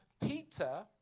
Peter